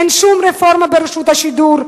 אין שום רפורמה ברשות השידור.